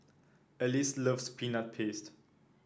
Alice loves Peanut Paste